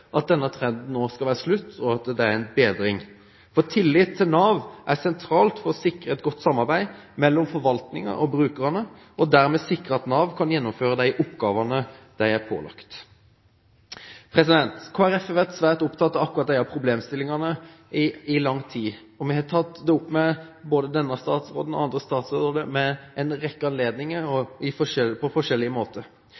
at denne trenden nå skal være slutt, og at det er en bedring. Tillit til Nav er sentralt for å sikre et godt samarbeid mellom forvaltningen og brukerne, og dermed sikre at Nav kan gjennomføre de oppgavene de er pålagt. Kristelig Folkeparti har vært svært opptatt av akkurat disse problemstillingene i lang tid. Vi har tatt dette opp med denne statsråden og andre statsråder ved en rekke anledninger